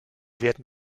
werden